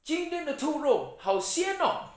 今天的兔肉好鲜哦